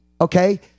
okay